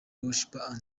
worshipers